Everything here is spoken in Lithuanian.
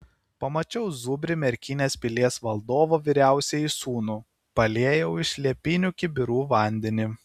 pamačiau zubrį merkinės pilies valdovo vyriausiąjį sūnų paliejau iš liepinių kibirų vandenį